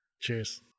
Cheers